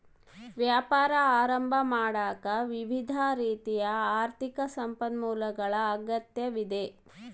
ವ್ಯಾಪಾರ ಆರಂಭ ಮಾಡಾಕ ವಿವಿಧ ರೀತಿಯ ಆರ್ಥಿಕ ಸಂಪನ್ಮೂಲಗಳ ಅಗತ್ಯವಿದೆ